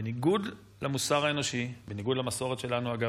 בניגוד למוסר האנושי, אגב,